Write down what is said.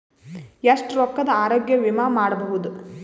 ಎಷ್ಟ ರೊಕ್ಕದ ಆರೋಗ್ಯ ವಿಮಾ ಮಾಡಬಹುದು?